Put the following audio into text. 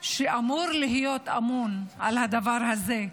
שאמור להיות אמון על הדבר הזה,